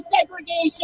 segregation